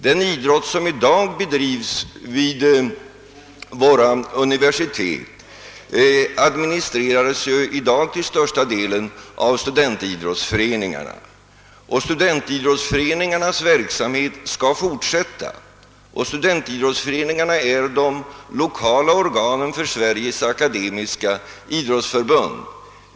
Den idrott som i dag bedrivs vid våra universitet administreras till största delen av studentidrottsföreningarna, och denna verksamhet skall fortsätta. Studentidrottsföreningarna är de lokala organen för Sveriges akademiska idrottsförbund.